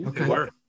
Okay